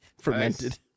Fermented